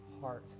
heart